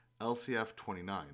LCF29